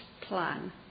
plan